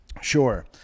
Sure